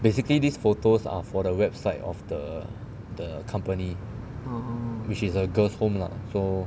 basically these photos are for the website of the the company which is a girl's home lah so